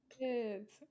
kids